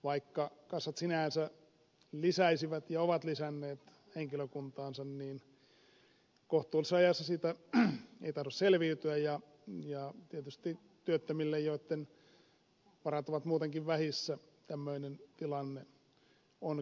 vaikka kassat sinänsä lisäisivät ja ovat lisänneet henkilökuntaansa niin kohtuullisessa ajassa siitä ei tahdo selviytyä ja tietysti työttömille joitten varat ovat muutenkin vähissä tämmöinen tilanne on kestämätön